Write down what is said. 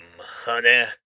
honey